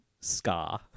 scar